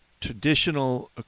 traditional